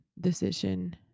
decision